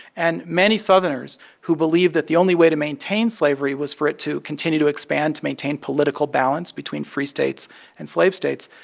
and many southerners who believed that the only way to maintain slavery was for it to continue to expand to maintain political balance between free states and slave states,